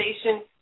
station